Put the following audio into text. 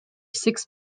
six